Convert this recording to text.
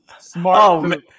Smart